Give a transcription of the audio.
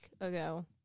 ago